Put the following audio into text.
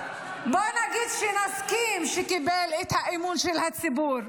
בואו נגיד שנסכים שהוא קיבל את האמון של הציבור.